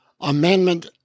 Amendment